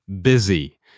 busy